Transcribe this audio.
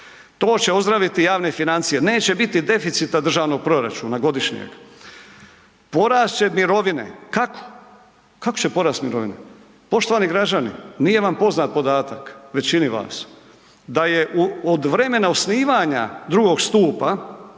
To će ozdraviti javne financije, neće biti deficita državnog proračuna godišnjeg. Porast će mirovine. Kako, kako će porasti mirovine? Poštovani građani, nije vam poznat podatak, većini vas, da je u od vremena osnivanja II. stupa